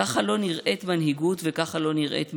ככה לא נראית מנהיגות וככה לא נראית משילות.